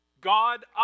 God